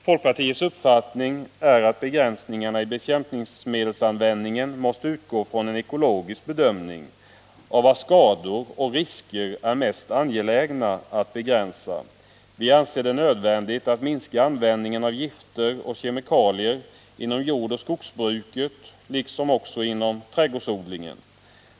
Folkpartiets uppfattning är att begränsningarna i bekämpningsmedelsanvändningen måste utgå från en ekologisk bedömning av var det är mest angeläget att begränsa skador och risker. Vi anser det nödvändigt att minska användningen av gifter och kemikalier inom jordoch skogsbruket liksom inom trädgårdsodlingen.